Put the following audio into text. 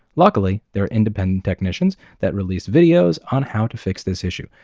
luckily, there are independent technicians that release videos on how to fix this issue.